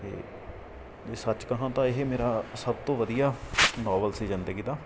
ਅਤੇ ਜੇ ਸੱਚ ਕਹਾਂ ਤਾਂ ਇਹ ਮੇਰਾ ਸਭ ਤੋਂ ਵਧੀਆ ਨੋਵਲ ਸੀ ਜ਼ਿੰਦਗੀ ਦਾ